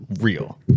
real